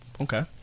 Okay